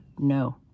No